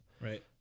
Right